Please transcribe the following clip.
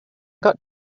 got